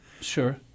Sure